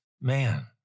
man